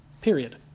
period